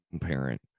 parent